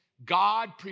God